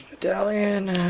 delhi and